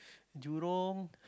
jurong